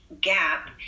gap